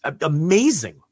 amazing